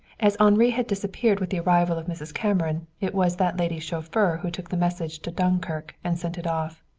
as henri had disappeared with the arrival of mrs. cameron it was that lady's chauffeur who took the message to dunkirk and sent it off.